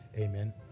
Amen